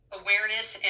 awareness